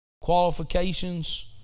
qualifications